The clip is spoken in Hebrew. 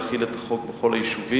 להחיל את החוק בכל היישובים.